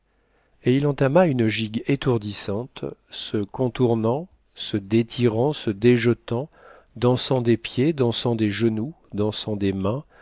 et il entama une gigue étourdissante se contournant se détirant se déjetant dansant des pieds dansant des genoux dansant des mains